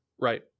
Right